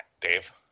Dave